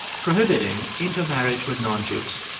prohibiting intermarriage with non-jews.